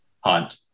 hunt